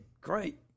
great